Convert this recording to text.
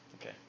Okay